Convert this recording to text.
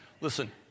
Listen